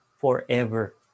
forever